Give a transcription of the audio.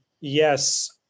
yes